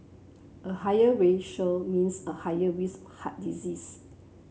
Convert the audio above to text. a higher ratio means a higher risk heart disease